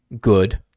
good